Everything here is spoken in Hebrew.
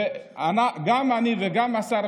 גם אני וגם השר,